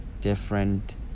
different